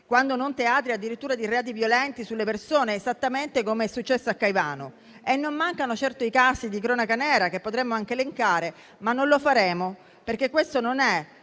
quando non teatri addirittura di reati violenti sulle persone, esattamente com'è successo a Caivano? E non mancano certo i casi di cronaca nera, che potremmo anche elencare, ma non lo faremo, perché questa non è